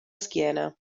schiena